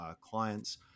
clients